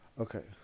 okay